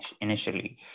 initially